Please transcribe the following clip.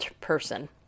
person